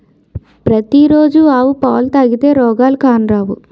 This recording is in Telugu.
పతి రోజు ఆవు పాలు తాగితే రోగాలు కానరావు